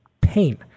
pain